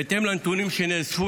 בהתאם לנתונים שנאספו,